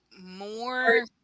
more